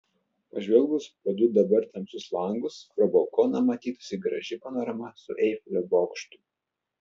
pažvelgus pro du dabar tamsius langus pro balkoną matytųsi graži panorama su eifelio bokštu